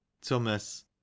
Thomas